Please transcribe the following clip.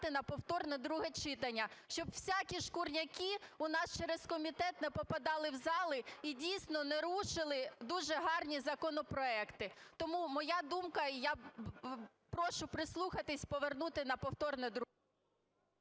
на повторне друге читання, щоб всякі "шкурняки" у нас через комітет не попадали в зал і дійсно не рушили дуже гарні законопроекти. Тому моя думка і я прошу прислухатися, повернути на повторне друге…